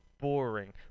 boring